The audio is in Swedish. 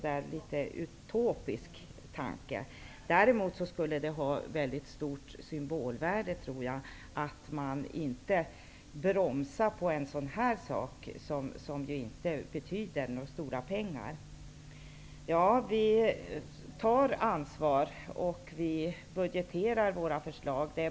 Det skulle vara av stort symbolvärde att inte bromsa i en sådan fråga som inte gäller stora pengar. Vi i Vänsterpartiet tar ansvar och vi budgeterar våra förslag.